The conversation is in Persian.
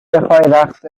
رقص